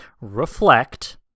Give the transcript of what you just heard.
reflect